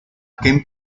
ken